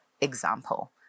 example